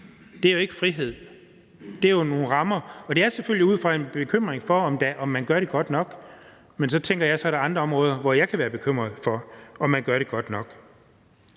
Det er jo ikke frihed, det er jo nogle rammer. Og det er selvfølgelig ud fra en bekymring om, at man gør det godt nok; men så tænker jeg, at der er andre områder, hvor jeg kunne være bekymret for, om man gør det godt nok.